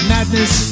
Madness